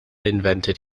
invented